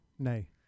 Nay